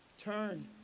Turn